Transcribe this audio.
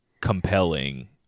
compelling